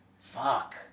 Fuck